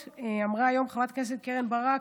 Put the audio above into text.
אמרה היום חברת הכנסת ברק,